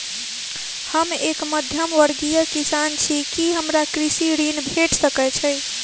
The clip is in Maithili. हम एक मध्यमवर्गीय किसान छी, की हमरा कृषि ऋण भेट सकय छई?